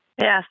Yes